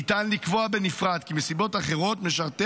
ניתן לקבוע בנפרד כי מסיבות אחרות משרתי